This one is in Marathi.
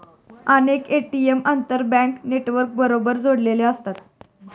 अनेक ए.टी.एम आंतरबँक नेटवर्कबरोबर जोडलेले असतात